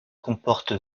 comporte